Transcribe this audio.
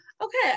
okay